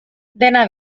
dena